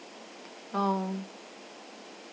oh